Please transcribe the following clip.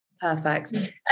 perfect